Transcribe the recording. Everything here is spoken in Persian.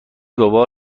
بابا